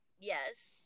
Yes